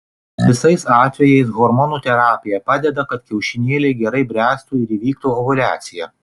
visais atvejais hormonų terapija padeda kad kiaušinėliai gerai bręstų ir įvyktų ovuliacija